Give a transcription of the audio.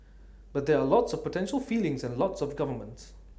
but there are lots of potential feelings and lots of governments